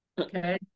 Okay